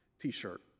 t-shirt